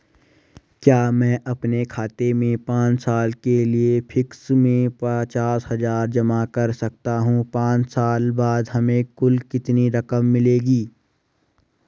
क्या मैं अपने खाते में पांच साल के लिए फिक्स में पचास हज़ार जमा कर सकता हूँ पांच साल बाद हमें कुल कितनी रकम मिलेगी?